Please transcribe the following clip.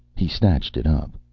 he snatched it up.